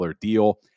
deal